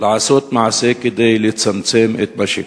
לעשות מעשה כדי לצמצם את מה שקרה.